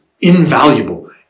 invaluable